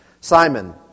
Simon